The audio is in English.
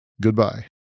Goodbye